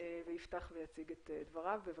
הוא יפתח ויציג את דבריו, בבקשה.